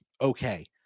okay